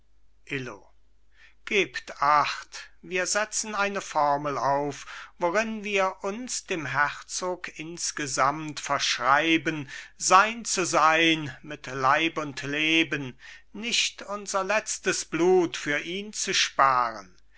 illo gebt acht wir setzen eine formel auf worin wir uns dem herzog insgesamt verschreiben sein zu sein mit leib und leben nicht unser letztes blut für ihn zu sparen